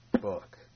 book